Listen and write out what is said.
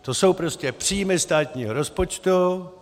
To jsou prostě příjmy státního rozpočtu.